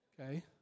okay